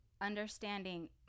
understanding